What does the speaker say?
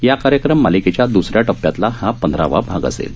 या कार्यक्रम मालिकेच्या द्रसऱ्या टप्प्यातला हा पंधरावा भाग असेल